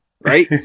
right